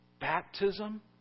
Baptism